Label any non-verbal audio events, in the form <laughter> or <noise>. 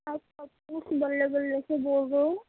آپ <unintelligible> بلّے بلّے سے بول رہے ہو